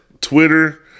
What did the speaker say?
Twitter